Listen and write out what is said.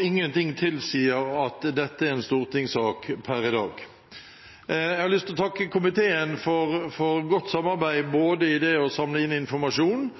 Ingenting tilsier at dette er en stortingssak per i dag. Jeg har lyst til å takke komiteen for godt samarbeid, både for å samle inn informasjon